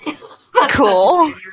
cool